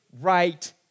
right